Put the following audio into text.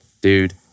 dude